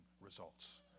results